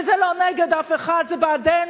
וזה לא נגד אף אחד, זה בעדנו.